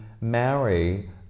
marry